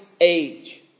age